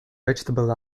vegetable